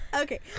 Okay